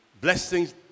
blessings